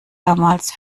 damals